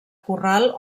corral